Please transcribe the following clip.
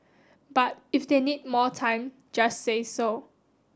but if they need more time just say so